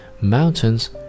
mountains